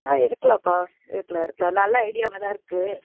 ஆ எடுக்கலாம்ப்பா எடுக்கலாம் எடுக்கலாம் நல்ல ஐடியாவாக தான் இருக்குது